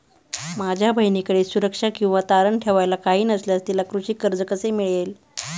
माझ्या बहिणीकडे सुरक्षा किंवा तारण ठेवायला काही नसल्यास तिला कृषी कर्ज कसे मिळेल?